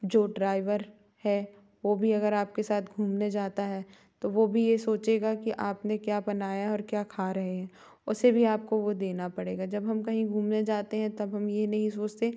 जो ड्राइवर हैं वो भी अगर आपके साथ घूमने जाता है तो वो भी ये सोचेगा कि आपने क्या बनाया है और क्या खा रहे हैं उसे भी आपको वो देना पड़ेगा जब हम कहीं घूमने जाते हैं तब हम ये नहीं सोचते